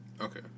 Okay